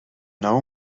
know